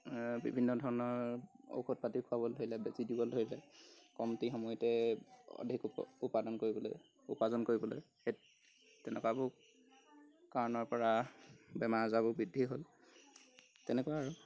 বিভিন্ন ধৰণৰ ঔষধ পাতি খুৱাবলৈ ধৰিলে বেজি দিব ধৰিলে কমটি সময়তে অধিক উ উপাদন কৰিবলৈ উপাৰ্জন কৰিবলৈ সেই তেনেকুৱাবোৰ কাৰণৰ পৰা বেমাৰ আজাৰবোৰ বৃদ্ধি হ'ল তেনেকুৱা আৰু